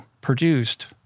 produced